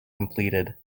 completed